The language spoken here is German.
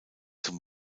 zum